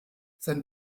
sein